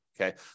Okay